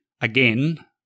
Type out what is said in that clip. again